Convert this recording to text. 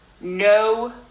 no